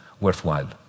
worthwhile